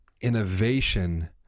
Innovation